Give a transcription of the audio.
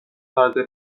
تازه